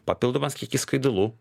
papildomas kiekis skaidulų